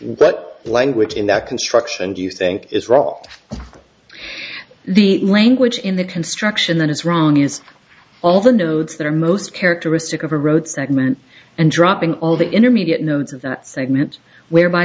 what language in that construction do you think is wrong the language in the construction that is wrong is all the nodes that are most characteristic of a road segment and dropping all the intermediate nodes of that segment where by